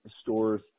stores